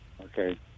Okay